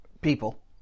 people